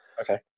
Okay